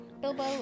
Bilbo